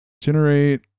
Generate